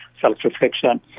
self-reflection